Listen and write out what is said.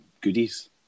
goodies